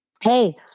Hey